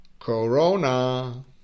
Corona